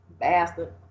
Bastard